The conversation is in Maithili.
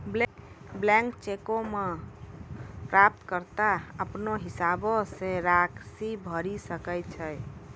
बलैंक चेको मे प्राप्तकर्ता अपनो हिसाबो से राशि भरि सकै छै